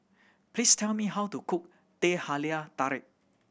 please tell me how to cook Teh Halia Tarik